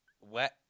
wet